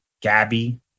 Gabby